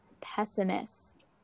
pessimist